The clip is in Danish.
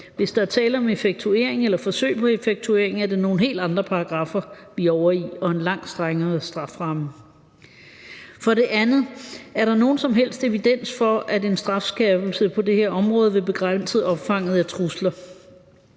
Hvis der er tale om effektuering eller forsøg på effektuering, er det nogle helt andre paragraffer, vi er ovre i, og en langt strengere strafferamme. Er der for det andet nogen som helst evidens for, at en strafskærpelse på det her område vil begrænse omfanget af trusler?